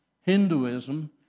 Hinduism